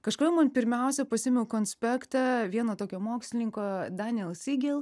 kažkodėl man pirmiausia pasiėmiau konspektą vieno tokio mokslininko daniel sigel